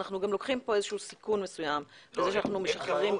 אנחנו גם לוקחים פה איזשהו סיכון מסוים בזה שאנחנו משחררים.